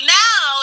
now